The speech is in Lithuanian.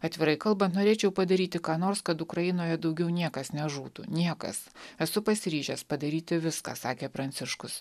atvirai kalbant norėčiau padaryti ką nors kad ukrainoje daugiau niekas nežūtų niekas esu pasiryžęs padaryti viską sakė pranciškus